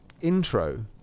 intro